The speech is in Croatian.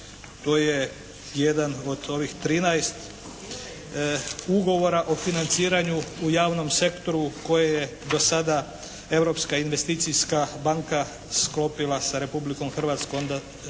to je jedan od ovih 13 ugovora o financiranju u javnom sektoru koje je do sada Europska investicijska banka sklopila sa Republikom Hrvatskom,